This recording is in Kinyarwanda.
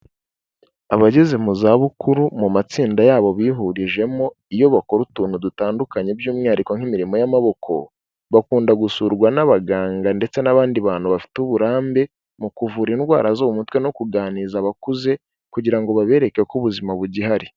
Abageze mu zabukuru mu matsinda yabo bihurijemo, iyo bakora utuntu dutandukanye by'umwihariko nk'imirimo y'amaboko, bakunda gusurwa n'abaganga ndetse n'abandi bantu bafite uburambe mu kuvura indwara zo mu mutwe no kuganiriza abakuze kugira ngo babereke ko ubuzima bugihari.